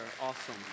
awesome